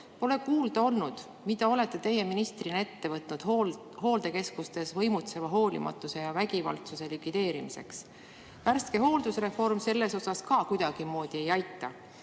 Pole kuulda olnud, mida olete teie ministrina ette võtnud hooldekeskustes võimutseva hoolimatuse ja vägivalla likvideerimiseks. Värske hooldusreform ka kuidagimoodi sellele